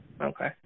Okay